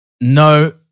No